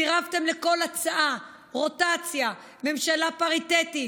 סירבתם לכל הצעה, רוטציה, ממשלה פריטטית,